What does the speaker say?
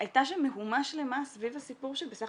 הייתה שם מהומה שלמה סביב הסיפור של בסך